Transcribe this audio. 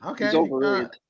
Okay